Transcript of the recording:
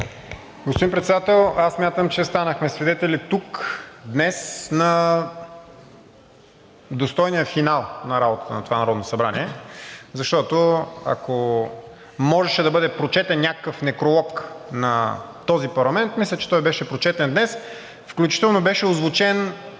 Господин Председател, аз смятам, че станахме свидетели тук, днес, на достойния финал на работата на това Народно събрание, защото, ако можеше да бъде прочетен някакъв некролог на този парламент, мисля, че той беше прочетен днес, включително беше озвучен